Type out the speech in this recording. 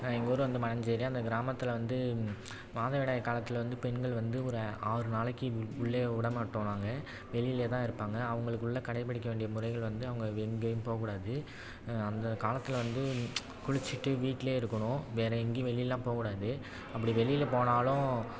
எங்கள் ஊரு வந்து மணஞ்சேரி அந்த கிராமத்தில் வந்து மாதவிடாய் காலத்தில் வந்து பெண்கள் வந்து ஒரு ஆறு நாளைக்கு உள்ளே விட மாட்டோம் நாங்கள் வெளியில் தான் இருப்பாங்க அவங்களுக்குள்ள கடைப்பிடிக்க வேண்டிய முறைகள் வந்து அவங்க எங்கேயும் போக்கூடாது அந்த காலத்தில் வந்து குளிச்சிட்டு வீட்டில் இருக்கணும் வேற எங்கேயும் வெளியிலாம் போக்கூடாது அப்படி வெளியில் போனாலும்